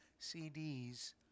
CDs